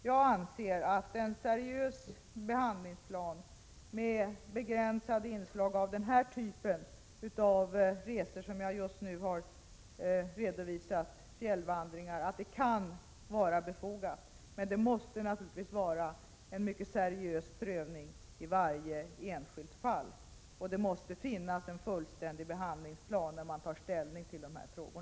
Jag anser att en seriös behandlingsplan med begränsade inslag av denna typ av resor som jag just har redovisat, fjällvandringar etc., kan vara befogade. I varje enskilt fall måste det naturligtvis ske en seriös prövning. Det måste finnas en fullständig behandlingsplan när man tar ställning till dessa frågor.